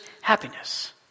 happiness